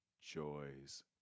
joys